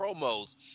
promos